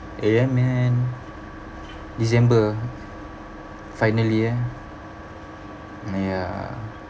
eh ya man december finally eh ya